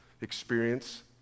experience